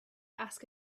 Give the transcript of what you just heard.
ask